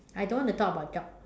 I don't want to talk abut job